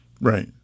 Right